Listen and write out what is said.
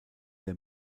der